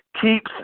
keeps